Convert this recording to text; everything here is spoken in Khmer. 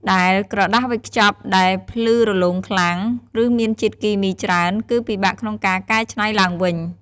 ដែលក្រដាសវេចខ្ចប់ដែលភ្លឺរលោងខ្លាំង ឬមានជាតិគីមីច្រើន គឺពិបាកក្នុងការកែច្នៃឡើងវិញ។